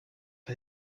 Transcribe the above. for